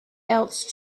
else